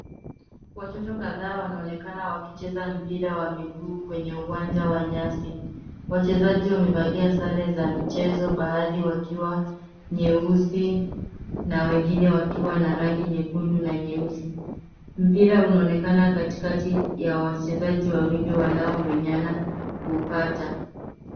Watoto kadhaa wanaonekana wakicheza mpira wa miguu kwenye uwanja wa nyasi. Wachezaji wamevalia sare za michezo baadhi wakiwa nyeusi na wengine wakiwa na rangi nyekundu na nyeusi. Mpira unaonekana katikati ya wachezaji wawili wanaomenyana kuupata.